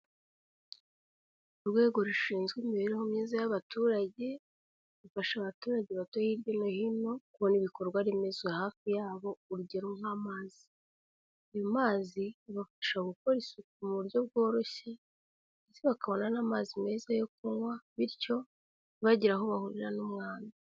Urwego rushinzwe imibereho myiza y'abaturage, rufasha abaturage bato hirya no hino kubona ibikorwaremezo hafi yabo, urugero nk'amazi, ayo mazi abafasha gukora isuku mu buryo bworoshye ndetse bakabona n'amazi meza yo kunywa bityo ntibagira aho bahurira n'umwanda.